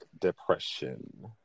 depression